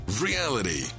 Reality